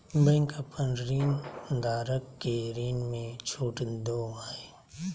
bank अपन ऋणधारक के ऋण में छुट दो हइ